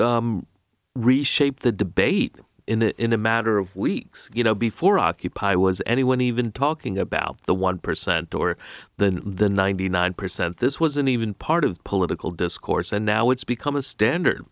it reshape the debate in a matter of weeks you know before occupy was anyone even talking about the one percent or than the ninety nine percent this wasn't even part of the political discourse and now it's become a standard